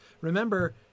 Remember